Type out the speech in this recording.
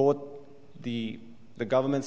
bought the the government's